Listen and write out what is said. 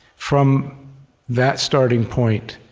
from that starting point,